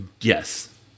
Yes